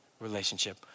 relationship